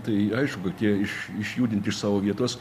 tai aišku kad jie iš išjudinti iš savo vietos